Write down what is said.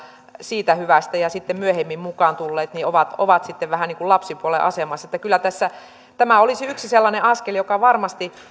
siitä hyvästä ja sitten myöhemmin mukaan tulleet ovat ovat vähän niin kuin lapsipuolen asemassa että kyllä tämä olisi yksi sellainen askel joka varmasti